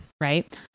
right